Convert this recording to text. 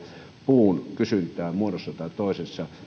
puun kysyntää muodossa tai toisessa